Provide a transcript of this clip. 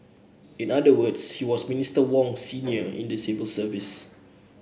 in other words he was Minister Wong's senior in the civil service